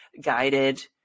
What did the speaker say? guided